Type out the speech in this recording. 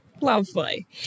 Lovely